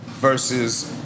versus